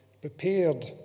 prepared